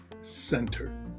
center